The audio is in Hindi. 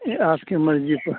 यह आपकी मर्ज़ी पर